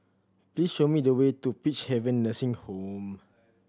please show me the way to Peacehaven Nursing Home